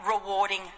rewarding